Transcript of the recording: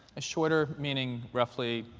ah shorter, meaning roughly?